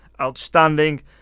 outstanding